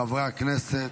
חברי הכנסת,